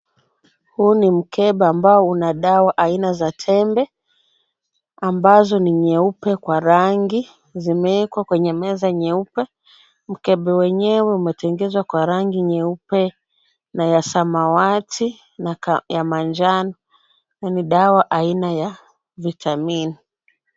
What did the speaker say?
Huu ni mkebe ambao una dawa aina za tembe ambazo ni nyeupe kwa rangi. Zimeekwa kwa meza nyeupe. Mkebe wenyewe umetengezwa kwa rangi nyeupe na ya samawati na ka ya manjano na ni dawa aina ya vitamin .